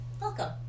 Welcome